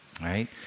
right